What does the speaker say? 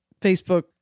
facebook